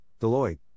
Deloitte